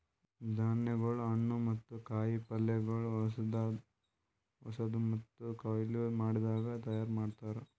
ಧಾನ್ಯಗೊಳ್, ಹಣ್ಣು ಮತ್ತ ಕಾಯಿ ಪಲ್ಯಗೊಳ್ ಹೊಸಾದು ಮತ್ತ ಕೊಯ್ಲು ಮಾಡದಾಗ್ ತೈಯಾರ್ ಮಾಡ್ತಾರ್